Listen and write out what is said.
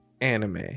anime